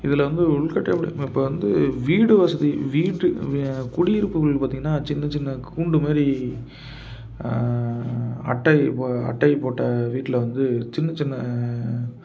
இதில் வந்து உள்கட்டமைப்பை வந்து வீடு வசதி வீட்டு குடியிருப்புகள் பார்த்திங்கனா சின்ன சின்ன கூண்டு மாதிரி அட்டை இப்போது அட்டை போட்ட வீட்டில வந்து சின்ன சின்ன